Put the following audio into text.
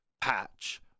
patch